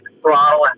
throttle